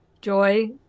joy